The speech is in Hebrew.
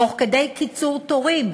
תוך כדי קיצור תורים,